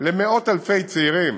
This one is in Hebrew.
למאות אלפי צעירים,